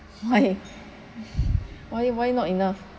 why why why not enough